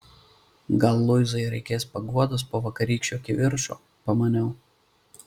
gal luizai reikės paguodos po vakarykščio kivirčo pamaniau